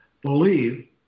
believe